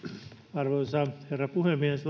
arvoisa herra puhemies